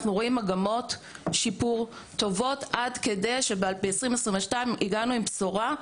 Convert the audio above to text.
אנחנו רואים מגמות שיפור טובות עד כדי שב-2022 הגענו עם בשורה,